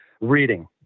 reading